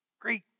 great